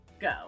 go